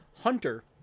Hunter